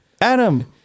Adam